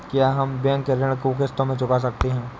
क्या हम बैंक ऋण को किश्तों में चुका सकते हैं?